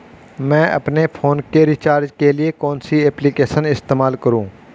मैं अपने फोन के रिचार्ज के लिए कौन सी एप्लिकेशन इस्तेमाल करूँ?